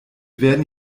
werden